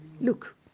Look